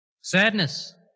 Sadness